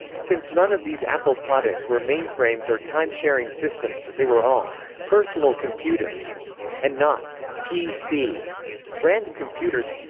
since none of these apple products were mainframes or time-sharing systems, they were all personal computers and not pc but and computers